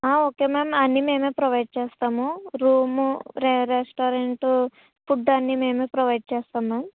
okay ma'am అన్నీ మేమే provide చేస్తాము రూము రె రెస్టారెంటు ఫుడ్ అన్నీ మేమే ప్రొవైడ్ చేస్తాము మ్యామ్